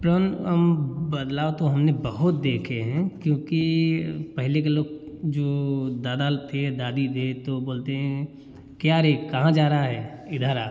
पर बदलाव तो हमने बहुत देखे हैं क्योंकि पहले के लोग जो दादा थे दादी थे तो बोलते हैं क्या रे कहाँ जा रहा है इधर आ